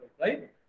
Right